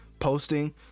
Posting